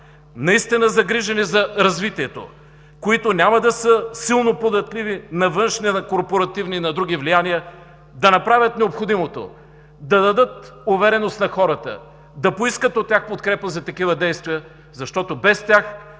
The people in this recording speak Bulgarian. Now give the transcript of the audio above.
наистина загрижени за развитието, които няма да са силно податливи на външни, на корпоративни и на други влияния, да направят необходимото – да дадат увереност на хората, да поискат от тях подкрепа за такива действия, защото без тях